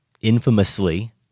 infamously